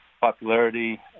popularity